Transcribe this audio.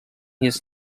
his